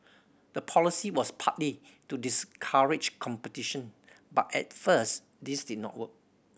the policy was partly to discourage competition but at first this did not work